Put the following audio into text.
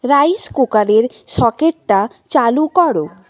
rice কুকারের সকেটটা চালু করো